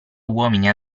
uomini